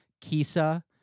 Kisa